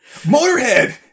Motorhead